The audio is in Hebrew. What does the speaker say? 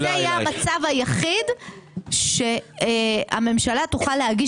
זה יהיה המצב היחיד שהממשלה תוכל להגיש